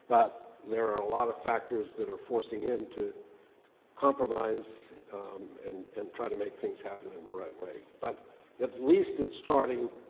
but there are a lot of factors that are forcing him to compromise and and try to make things happen in the right way, but at least it's starting.